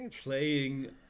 playing